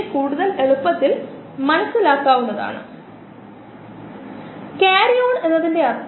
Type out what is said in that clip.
ഒരു നൂതന കോഴ്സിൽ ഒരാൾക്ക് സ്ട്രക്ച്ചർഡ് മോഡലുകൾ പരിഗണിക്കാം അത് കോശങ്ങളിലെ കമ്പാർട്ട്മെന്റലൈസേഷൻ ഉൾക്കൊള്ളുന്നു അല്ലെങ്കിൽ കണക്കിലെടുക്കുന്നു